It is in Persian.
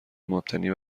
مبتنی